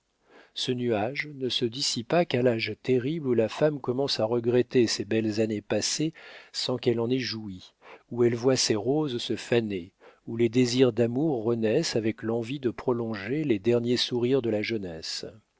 ce nuage ne se dissipa qu'à l'âge terrible où la femme commence à regretter ses belles années passées sans qu'elle en ait joui où elle voit ses roses se faner où les désirs d'amour renaissent avec l'envie de prolonger les derniers sourires de la jeunesse